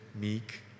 meek